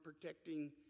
protecting